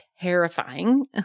terrifying